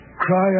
Cry